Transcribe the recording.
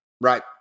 Right